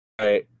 Right